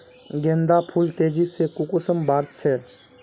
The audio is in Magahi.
गेंदा फुल तेजी से कुंसम बार से?